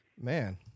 man